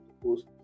post